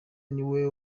niwe